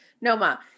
Noma